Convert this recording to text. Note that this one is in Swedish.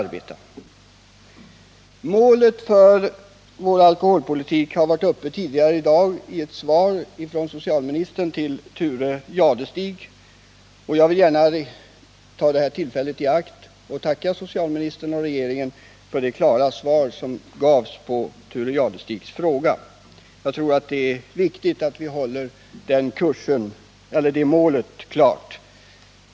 Frågan om målet för vår alkoholpolitik diskuterades tidigare i dag, när socialministern svarade på en fråga av Thure Jadestig. Jag vill gärna ta detta tillfälle i akt att tacka socialministern för det klara svaret på Thure Jadestigs fråga. Jag tror att det är viktigt att vi har det målet klart för oss.